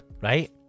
right